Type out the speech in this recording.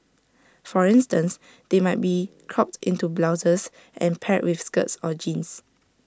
for instance they might be cropped into blouses and paired with skirts or jeans